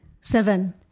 Seven